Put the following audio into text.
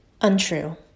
untrue